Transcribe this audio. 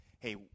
Hey